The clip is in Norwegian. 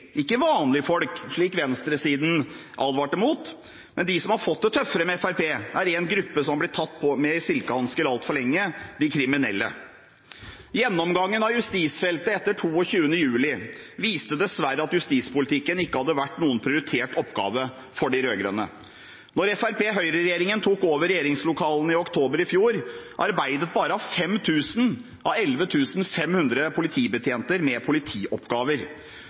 ikke vanlige folk, slik venstresiden advarte mot, men de som har fått det tøffere med Fremskrittspartiet, er en gruppe som har blitt tatt på med silkehansker altfor lenge: de kriminelle. Gjennomgangen av justisfeltet etter 22. juli viste dessverre at justispolitikken ikke hadde vært en prioritert oppgave for de rød-grønne. Da Høyre–Fremskrittsparti-regjeringen tok over regjeringslokalene i oktober i fjor, arbeidet bare 5 000 av 11 500 politibetjenter med politioppgaver.